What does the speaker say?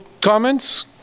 comments